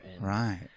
right